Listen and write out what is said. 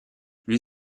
lui